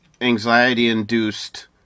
anxiety-induced